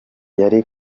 yari